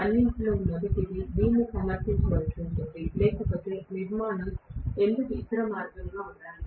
అన్నింటిలో మొదటిది దీనిని సమర్థించవలసి ఉంటుంది లేకపోతే నిర్మాణం ఎందుకు ఇతర మార్గంగా ఉండాలి